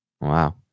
Wow